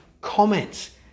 comments